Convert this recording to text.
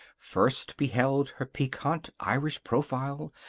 first beheld her piquant irish profile,